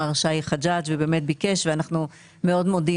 מר שי חג'ג' ובאמת ביקש ואנחנו מאוד מודים